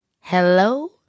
Hello